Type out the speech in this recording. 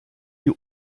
die